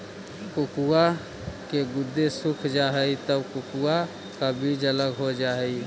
cocoa के गुदे सूख जा हई तब कोकोआ का बीज अलग हो जा हई